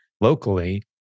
locally